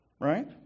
right